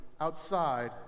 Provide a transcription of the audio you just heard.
outside